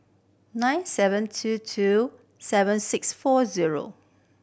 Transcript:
nine seven two two seven six four zero